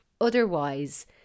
Otherwise